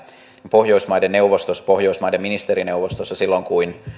pohjoismaiden neuvosto ja pohjoismaiden ministerineuvostohan silloin kun